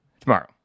tomorrow